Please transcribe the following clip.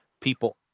people